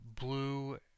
blue